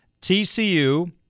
TCU